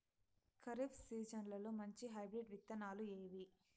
ఖరీఫ్ సీజన్లలో మంచి హైబ్రిడ్ విత్తనాలు ఏవి